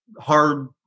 hard